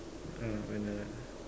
uh banana